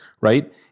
right